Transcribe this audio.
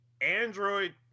Android